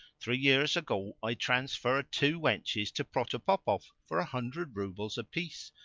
three years ago i transferred two wenches to protopopov for a hundred roubles apiece,